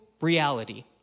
reality